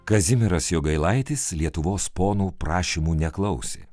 kazimieras jogailaitis lietuvos ponų prašymų neklausė